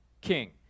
king